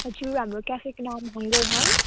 हजुर हाम्रो क्याफेको नाम हङ्गर हन्ट